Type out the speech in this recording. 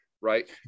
right